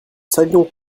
savions